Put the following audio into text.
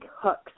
hooks